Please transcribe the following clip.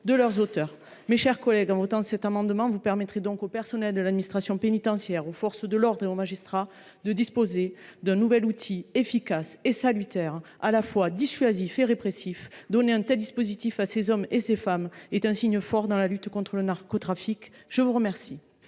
de leurs auteurs. Mes chers collègues, en votant cet amendement, vous permettrez aux personnels de l’administration pénitentiaire, aux forces de l’ordre et aux magistrats de disposer d’un nouvel outil efficace et salutaire, à la fois dissuasif et répressif. Adopter un tel dispositif serait un signe fort dans la lutte contre le narcotrafic. Quel